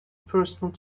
personal